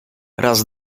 raz